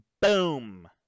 Boom